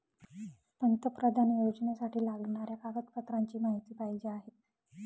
पंतप्रधान योजनेसाठी लागणाऱ्या कागदपत्रांची माहिती पाहिजे आहे